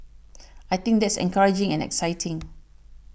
I think that's encouraging and exciting